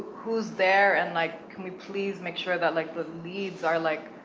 who's there, and like, can we please make sure that, like, the leads are, like,